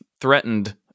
threatened